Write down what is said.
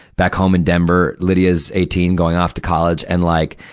back home in denver, lydia's eighteen, going off to college. and, like,